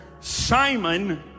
Simon